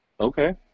Okay